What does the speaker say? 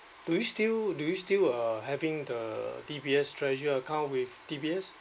do you still do you still uh having the D_B_S treasure account with D_B_S